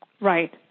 Right